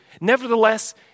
nevertheless